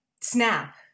snap